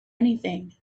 anything